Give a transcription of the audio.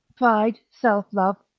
pride, self-love,